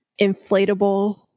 Inflatable